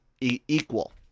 equal